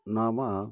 नाम